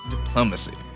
Diplomacy